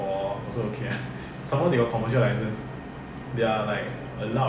你的车牌啊是 malaysia register ah 你就有神的保佑